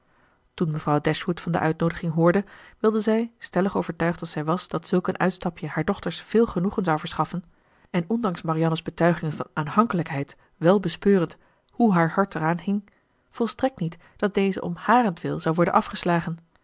toen mevrouw dashwood van de uitnoodiging hoorde wilde zij stellig overtuigd als zij was dat zulk een uitstapje haar dochters veel genoegen zou verschaffen en ondanks marianne's betuigingen van aanhankelijkheid wel bespeurend hoe haar hart eraan hing volstrekt niet dat deze om harentwil zou worden afgeslagen